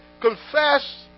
Confess